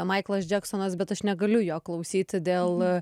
maiklas džeksonas bet aš negaliu jo klausyti dėl